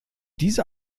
diese